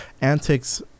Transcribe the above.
antics